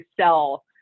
sell